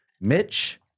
Mitch